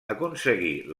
aconseguir